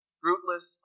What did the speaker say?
fruitless